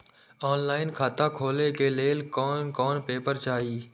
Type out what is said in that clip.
Online खाता खोले के लेल कोन कोन पेपर चाही?